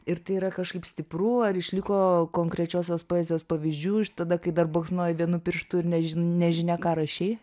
ir tai yra kažkaip stipru ar išliko konkrečiosios poezijos pavyzdžių ir tada kai dar baksnojai vienu pirštu ir nežin nežinia ką rašei